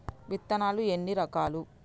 విత్తనాలు ఎన్ని రకాలు?